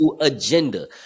agenda